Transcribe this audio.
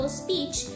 speech